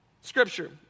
scripture